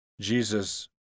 Jesus